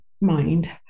mind